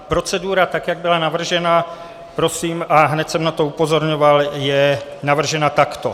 Procedura, tak jak byla navržena, prosím, a hned jsem na to upozorňoval je navržena takto: